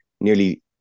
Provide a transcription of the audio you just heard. nearly